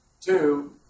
two